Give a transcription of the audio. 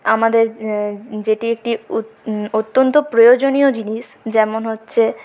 আমাদের যেটি একটি অত্যন্ত প্রয়োজনীয় জিনিস যেমন হচ্ছে